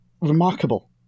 remarkable